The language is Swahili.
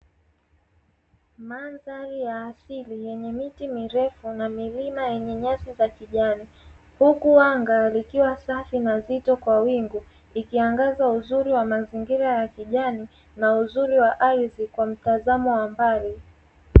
Mandhari ya asili yenye miti mirefu na milima yenye nyasi za kijani, huku anga likiwa safi na zito kwa wingu ikiangaza uzuri wa mazingira ya kijani na uzuri wa ardhi kwa matazamo wa mbali.